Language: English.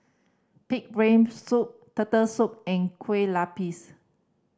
pig brain soup Turtle Soup and kue lupis